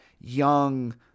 young